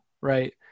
right